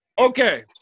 Okay